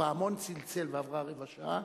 והפעמון צילצל ועבר רבע שעה,